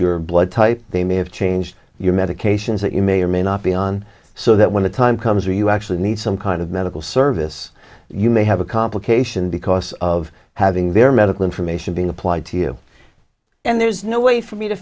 your blood type they may have changed your medications that you may or may not be on so that when the time comes are you actually need some kind of medical service you may have a complication because of having their medical information being applied to you and there's no way for me to